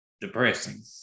depressing